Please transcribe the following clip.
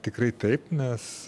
tikrai taip nes